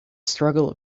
struggle